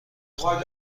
خوام